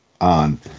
on